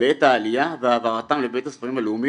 בעת העלייה והעברתם לבית הספרים הלאומי